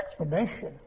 explanation